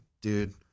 dude